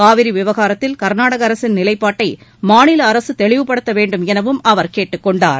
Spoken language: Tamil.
காவிரி விவகாரத்தில் கா்நாடக அரசின் நிலைப்பாட்டை மாநில அரசு தெளிவுபடுத்த வேண்டும் எனவும் அவர் கேட்டுக்கொண்டுள்ளார்